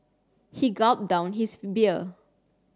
he gulped down his beer